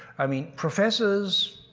i mean, professors,